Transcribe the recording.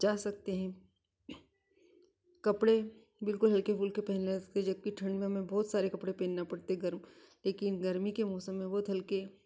जा सकते हैं कपड़े बिल्कुल हल्के फुल्के पहने जबकि ठण्ड में हमें बहुत सारे कपड़े पहनना पड़ते हैं गर्म लेकिन गर्मी के मौसम में बहुत हल्के